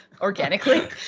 organically